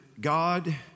God